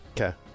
Okay